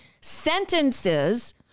sentences